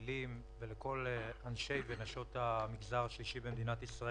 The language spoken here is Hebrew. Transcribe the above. כל ספקי הממשלה כוללים אלפי עמותות.